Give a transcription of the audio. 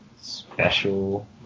special